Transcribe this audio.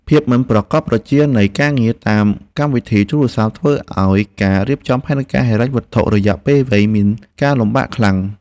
ភាពមិនប្រាកដប្រជានៃការងារតាមកម្មវិធីទូរស័ព្ទធ្វើឱ្យការរៀបចំផែនការហិរញ្ញវត្ថុរយៈពេលវែងមានការលំបាកខ្លាំង។